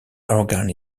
organ